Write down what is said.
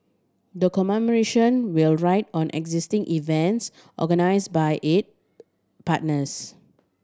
the commemoration will ride on existing events organise by it partners